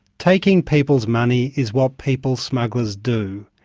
taking people's money is what people smugglers do.